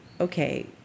Okay